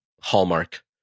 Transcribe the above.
Hallmark